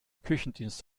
küchendienst